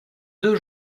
deux